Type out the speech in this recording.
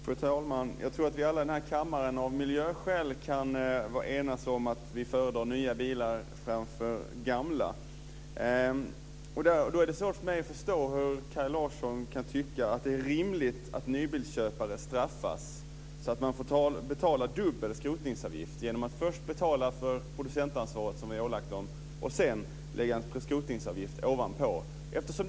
Fru talman! Jag tror att vi alla i denna kammare av miljöskäl kan enas om att föredra nya bilar framför gamla. Då är det svårt för mig att förstå hur Kaj Larsson kan tycka att det är rimligt att nybilsköpare straffas så att man får betala dubbel skrotningsavgift genom att först betala för det producentansvar som vi ålagt dem och sedan en skrotningsavgift ovanpå detta.